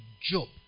Job